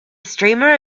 streamer